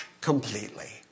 completely